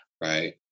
Right